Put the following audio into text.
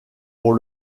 pour